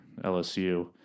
LSU